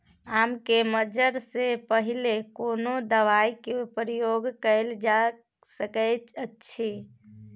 आम के मंजर से पहिले कोनो दवाई के प्रयोग कैल जा सकय अछि?